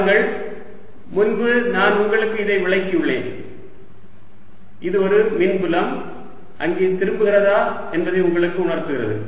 பாருங்கள் முன்பு நான் உங்களுக்கு இதை விளக்கியுள்ளேன் இது ஒரு மின்புலம் அங்கே திரும்புகிறதா என்பதை உங்களுக்கு உணர்த்துகிறது